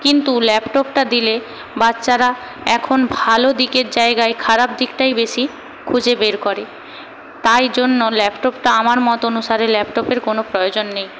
কিন্তু ল্যাপটপটা দিলে বাচ্চারা এখন ভালো দিকের জায়গায় খারাপ দিকটাই বেশি খুঁজে বের করে তাই জন্য ল্যাপটপটা আমার মত অনুসারে ল্যাপটপের কোন প্রয়োজন নেই